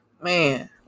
Man